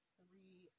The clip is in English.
three